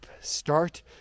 Start